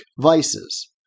vices